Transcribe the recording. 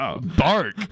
Bark